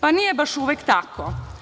Pa, nije baš uvek tako.